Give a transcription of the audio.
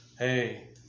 Hey